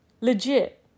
Legit